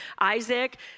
Isaac